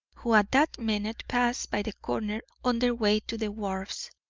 who at that minute passed by the corner on their way to the wharves.